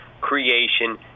creation